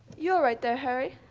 you alright there, harry?